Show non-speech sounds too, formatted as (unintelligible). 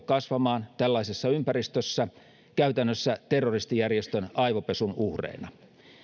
(unintelligible) kasvamaan tällaisessa ympäristössä käytännössä terroristijärjestön aivopesun uhreina